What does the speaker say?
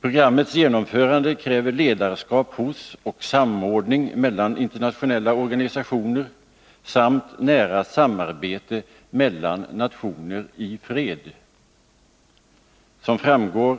Programmets genomförande kräver ledarskap hos och samordning mellan internationella organisationer samt nära samarbete mellan nationer i fred. Som framgår